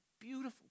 beautiful